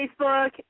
Facebook